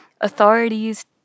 authorities